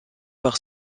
par